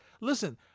listen